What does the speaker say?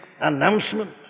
announcement